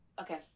Okay